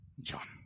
John